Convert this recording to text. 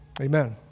Amen